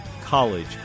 College